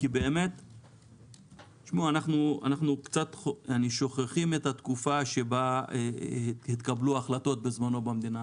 אנחנו באמת קצת שוכחים את התקופה שבה התקבלו החלטות בזמנו במדינה.